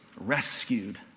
rescued